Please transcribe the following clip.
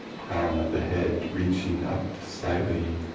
crown of the head reaching up slightly.